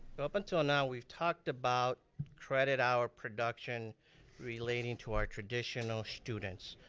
but up until now we've talked about credit hour production relating to our traditional students.